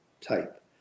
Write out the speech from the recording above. type